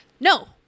No